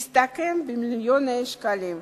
יסתכם במיליוני שקלים.